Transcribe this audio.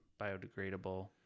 biodegradable